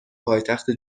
پایتخت